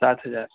سات ہزار